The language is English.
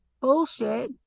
bullshit